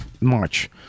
March